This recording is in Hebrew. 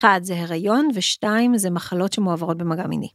אחד זה הריון, ושתיים זה מחלות שמועברות במגע מיני.